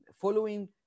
following